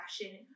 fashion